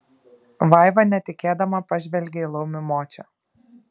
vaiva netikėdama pažvelgė į laumių močią